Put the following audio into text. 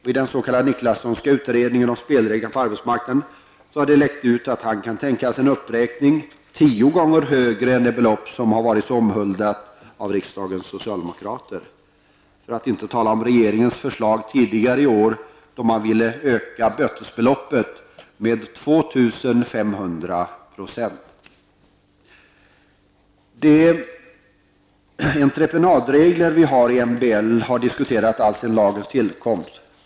Från den s.k. Niklassonska utredningen om spelreglerna på arbetsmarknaden har det läckt ut att man kan tänka sig en uppräkning till ett belopp tio gånger större än det som varit så omhuldat av riksdagens socialdemokrater, för att inte tala om regeringens förslag tidigare i år, då man ville öka bötesbeloppen med 2 500 %! De entreprenadregler vi har i MBL har diskuterats alltsedan lagens tillkomst.